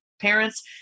parents